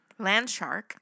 Landshark